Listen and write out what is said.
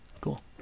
Cool